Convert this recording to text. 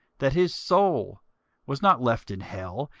that his soul was not left in hell,